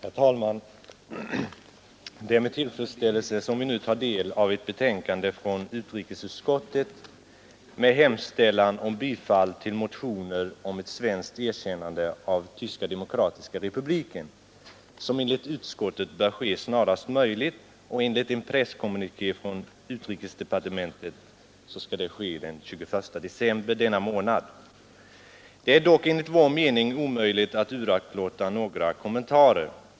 Herr talman! Det är med tillfredsställelse vi nu tar del av ett betänkande från utrikesutskottet med hemställan om bifall till motioner om ett svenskt erkännande av Tyska demokratiska republiken, som enligt utskottet bör ske snarast möjligt enligt en presskommuniké från utrikesdepartementet blir det den 21 december, alltså denna månad Det är dock enligt vår mening omöjligt att uraktlåta några kommentarer.